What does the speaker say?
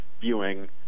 viewing